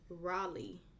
Raleigh